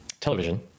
television